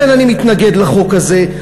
לכן אני מתנגד לחוק הזה.